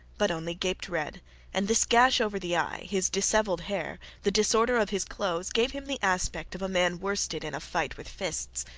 but only gaped red and this gash over the eye, his dishevelled hair, the disorder of his clothes, gave him the aspect of a man worsted in a fight with fists.